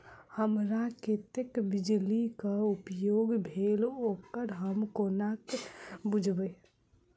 हमरा कत्तेक बिजली कऽ उपयोग भेल ओकर हम कोना बुझबै?